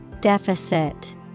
Deficit